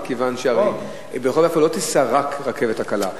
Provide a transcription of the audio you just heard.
מכיוון שברחוב יפו לא תיסע רק הרכבת הקלה.